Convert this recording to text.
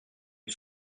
une